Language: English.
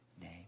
name